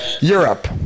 europe